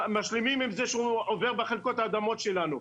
משלימים עם זה שהוא עובר דרך חלקות האדמות שלנו.